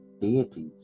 deities